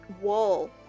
wall